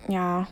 yeah